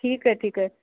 ठीकु आहे ठीकु आहे